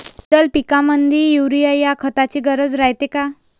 द्विदल पिकामंदी युरीया या खताची गरज रायते का?